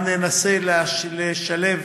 וגם ננסה לשלב